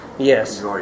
Yes